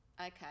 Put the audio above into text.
Okay